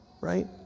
right